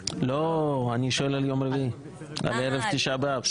לא, אני שואל על יום רביעי, על ערב תשעה באב.